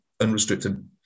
unrestricted